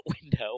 window